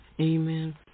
Amen